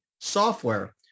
software